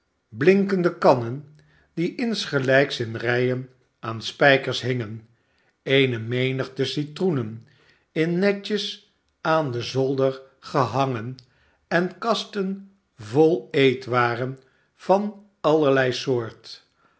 blinkende kannen die insgelijks in rijen aan spijkers hingen eene menigte citroenen in netjes aan den zolder gehangen en kasten vol eetwaren van allerlei soort